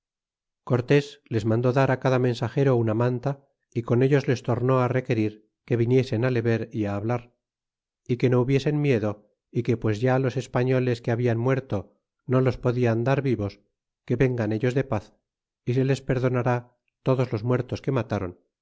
cortés les mandó dará cada mensagero una manta y con ellos les torné á requerir que viniesen á le ver y hablar y que no hubiesen miedo é que pues ya los españoles que habian muerto no los podian dar vivos que vengan ellos de paz y se les perdonará todos los muertos que matáron